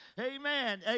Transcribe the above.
Amen